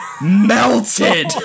melted